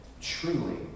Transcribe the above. truly